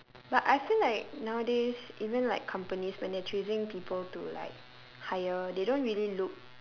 but I feel like nowadays even like companies when they're choosing people to like hire they don't really look